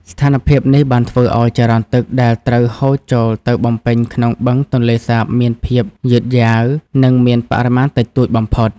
ស្ថានភាពនេះបានធ្វើឱ្យចរន្តទឹកដែលត្រូវហូរចូលទៅបំពេញក្នុងបឹងទន្លេសាបមានសភាពយឺតយ៉ាវ និងមានបរិមាណតិចតួចបំផុត។